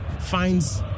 finds